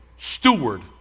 steward